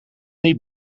niet